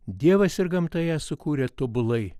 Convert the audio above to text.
dievas ir gamta ją sukūrė tobulai